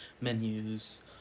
menus